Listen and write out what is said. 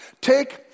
take